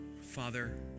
Father